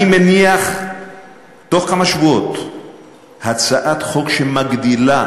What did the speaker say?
אני אניח תוך כמה שבועות הצעת חוק שמגדילה